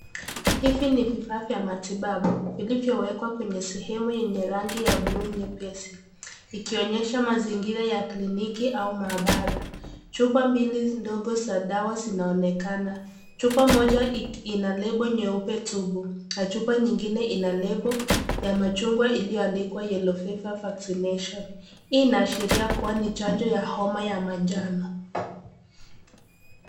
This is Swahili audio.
Hivi ni vifaa vya matibabu vilivyowekwa kwenye sehemu yenye rangi ya bluu nyepesi, ikionyesha mazingira ya kliniki au maabara. Chupa mbili ndogo za dawa zinaonekana. Chupa moja ina lebo nyeupe tupu na chupa nyingine ina lebo ya machungwa iliyoandikwa Yellow Fever vaccination . Hii inaashiria kuwa ni chanjo ya homa ya manjano.